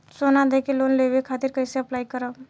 सोना देके लोन लेवे खातिर कैसे अप्लाई करम?